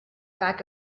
back